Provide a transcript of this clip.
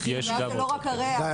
הבעיה זה לא רק הריח.